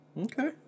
Okay